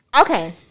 Okay